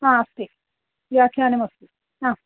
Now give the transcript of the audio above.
अस्ति व्याख्यानमस्ति